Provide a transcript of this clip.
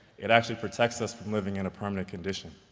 it actually protects us from living in a permanent condition.